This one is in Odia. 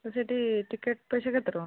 ତ ସେଇଠି ଟିକେଟ୍ ପଇସା କେତେ ଟଙ୍କା